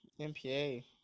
MPA